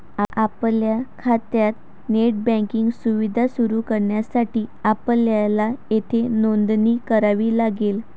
आपल्या खात्यात net banking सुविधा सुरू करण्यासाठी आपल्याला येथे नोंदणी करावी लागेल